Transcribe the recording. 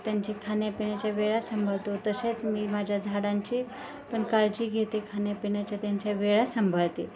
त्यांची खाण्यापिण्याच्या वेळा सांभाळतो तसेच मी माझ्या झाडांची पण काळजी घेते खााण्यापिण्याच्या त्यांच्या वेळा सांभाळते